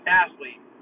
athlete